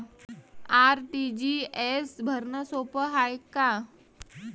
RTGS भरनं सोप हाय का?